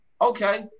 okay